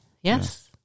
yes